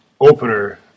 opener